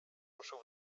ruszył